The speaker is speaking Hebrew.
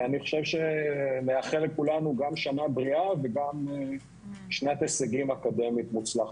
אני חושב שנאחל לכולנו גם שנה בריאה וגם שנת הישגים אקדמית מוצלחת.